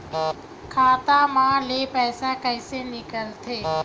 खाता मा ले पईसा कइसे निकल थे?